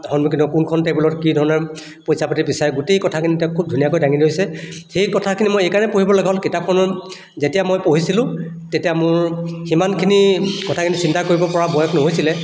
সন্মুখীন হয় কোনখন টেবুলত কি ধৰণে পইছা পাতি বিচাৰে গোটেই কথাখিনি তেওঁ খুব ধুনীয়াকৈ দাঙি ধৰিছে সেই কথাখিনি মই এইকাৰণেই পঢ়িব লগা হ'ল কিতাপখনত যেতিয়া মই পঢ়িছিলো তেতিয়া মোৰ সিমানখিনি কথাখিনি চিন্তা কৰিব পৰা বয়স নহৈছিলে